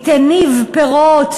היא תניב פירות,